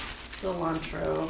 cilantro